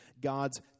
God's